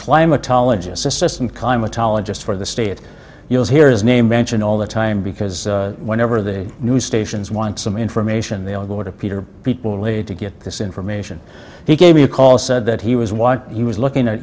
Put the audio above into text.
climatologist for the state you'll hear his name mentioned all the time because whenever the news stations want some information they all go to peter people a to get this information he gave me a call said that he was what he was looking at